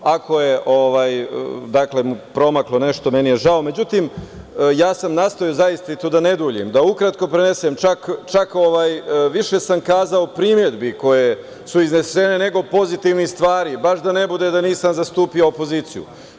Ako je promaklo nešto, meni je žao, međutim, ja sam nastojao zaista, da ne dužim, da ukratko prenesem čak sam više kazao primedbi koje su iznesene, nego pozitivnih stvari, baš da ne bude da nisam zastupao opoziciju.